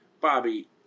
Bobby